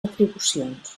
retribucions